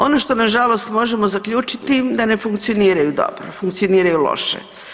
Ono što nažalost možemo zaključiti da ne funkcioniraju dobro, funkcioniraju loše.